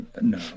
No